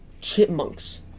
chipmunks